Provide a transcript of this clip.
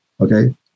okay